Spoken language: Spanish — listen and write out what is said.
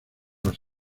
los